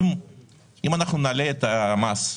אם נעלה את המס,